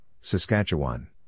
Saskatchewan